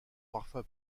parfois